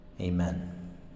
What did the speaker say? Amen